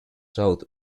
south